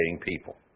people